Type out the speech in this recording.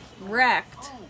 wrecked